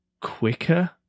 quicker